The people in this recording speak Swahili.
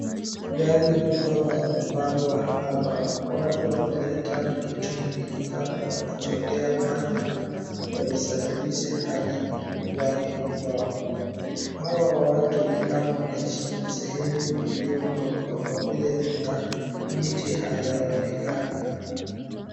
Gari ni kama yamepangwa hapa watu wameleta mitungi nikama wanachotea maji wasafirishe hadi nyumbani kwao hawa watu nikama wanaishi kwa sehemu iliyokauka kwa vile miti ayaonekani.